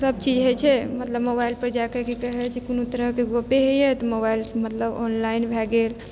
सबचीज होइ छै मतलब मोबाइलपर जाय कऽ की कहै छै कोनो तरहके गपे होइया तऽ मोबाइल मतलब ऑनलाइन भए गेल